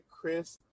Chris